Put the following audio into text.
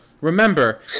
remember